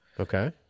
Okay